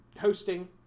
hosting